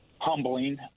humbling